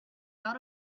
out